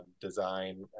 design